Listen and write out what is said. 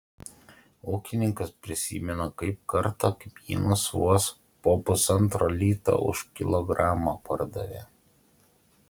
ūkininkas prisimena kaip kartą kmynus vos po pusantro lito už kilogramą pardavė